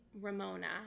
Ramona